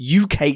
UK